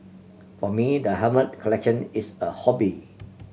for me the helmet collection is a hobby